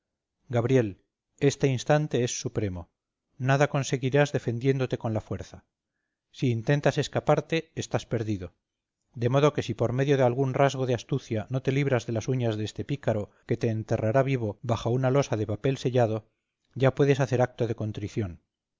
gabriel este instante es supremo nada conseguirás defendiéndote con la fuerza si intentas escaparte estás perdido de modo que si por medio de algún rasgo de astucia no te libras de las uñas de este pícaro que te enterrará vivo bajo una losa de papel sellado ya puedes hacer acto de contrición